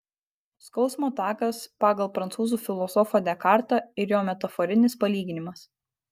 skausmo takas pagal prancūzų filosofą dekartą ir jo metaforinis palyginimas